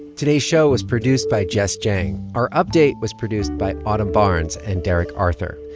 today's show was produced by jess jiang. our update was produced by autumn barnes and derek arthur.